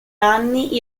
anni